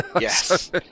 Yes